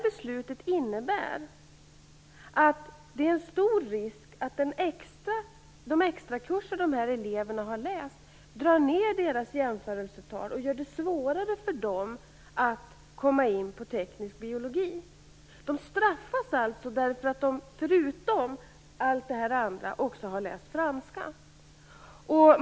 Beslutet innebär att det är stor risk att de extrakurser som de här eleverna har läst drar ned deras jämförelsetal och gör det svårare för dem att komma in på teknisk biologi. De straffas alltså därför att de förutom allt det andra också har läst franska.